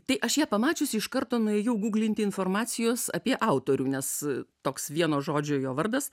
tai aš ją pamačiusi iš karto nuėjau gūglinti informacijos apie autorių nes toks vieno žodžio jo vardas